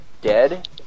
dead